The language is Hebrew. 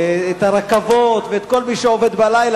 צריך להוריד לפני כן את הרכבות ואת כל מי שעובד בלילה.